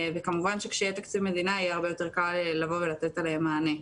כמובן שכשיהיה תקציב מדינה יהיה הרבה יותר קל ולבוא ולתת להם מענה.